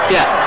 Yes